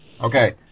okay